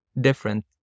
different